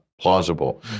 plausible